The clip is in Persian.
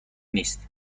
نیست